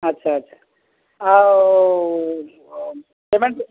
ଆଚ୍ଛା ଆଚ୍ଛା ଆଉ ପେ'ମେଣ୍ଟ